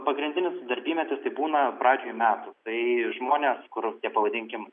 pagrindinis darbymetis tai būna pradžioj metų tai žmonės kur tie pavadinkim